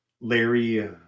Larry